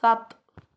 सात